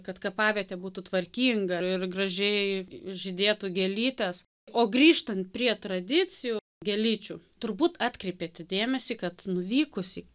kad kapavietė būtų tvarkinga ir gražiai žydėtų gėlytės o grįžtant prie tradicijų gėlyčių turbūt atkreipėtė dėmesį kad nuvykus į